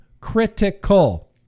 Critical